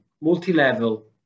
multi-level